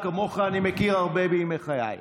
כמוך אני מכיר הרבה בימי חיי.